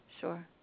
sure